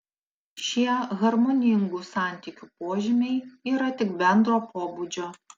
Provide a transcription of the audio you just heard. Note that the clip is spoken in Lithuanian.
šie harmoningų santykių požymiai yra tik bendro pobūdžio